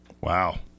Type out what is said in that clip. Wow